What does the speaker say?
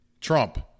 Trump